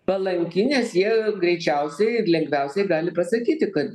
palanki nes jie greičiausiai ir lengviausiai gali pasakyti kad